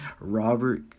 Robert